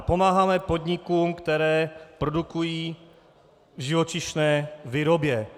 Pomáháme podnikům, které produkují v živočišné výrobě.